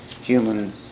human